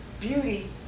Beauty